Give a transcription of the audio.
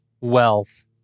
wealth